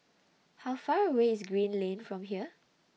How Far away IS Green Lane from here